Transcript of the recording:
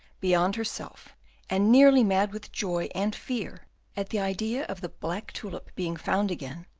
beyond herself and nearly mad with joy and fear at the idea of the black tulip being found again,